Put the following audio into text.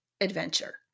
adventure